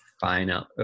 final